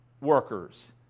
workers